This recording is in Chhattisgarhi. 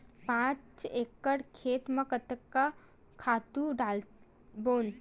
पांच एकड़ खेत म कतका खातु डारबोन?